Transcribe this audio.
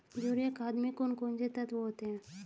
Urea खाद में कौन कौन से तत्व होते हैं?